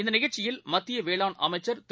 இந்தநிகழ்ச்சியில் மத்தியவேளாண் அமைச்சர் திரு